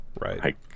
Right